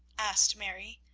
asked mary,